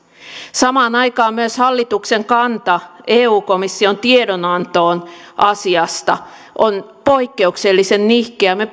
samaan aikaan myös hallituksen kanta eu komission tiedonantoon asiasta on poikkeuksellisen nihkeä me